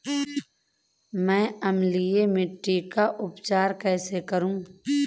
मैं अम्लीय मिट्टी का उपचार कैसे करूं?